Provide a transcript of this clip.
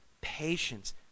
patience